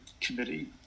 committee